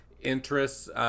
interests